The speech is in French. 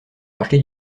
racheter